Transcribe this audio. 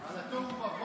על התוהו ובוהו,